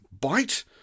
bite